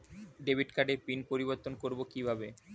Debit কার্ডের pin পরিবর্তন করবো কীভাবে?